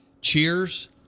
cheers